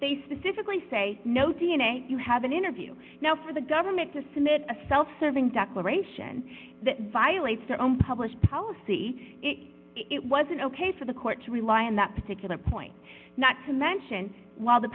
they specifically say no d n a you have an interview now for the government to submit a self serving declaration that violates their own published policy it wasn't ok for the court to rely in that particular point not to mention while the